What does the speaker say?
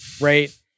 right